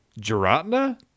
Giratina